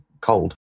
cold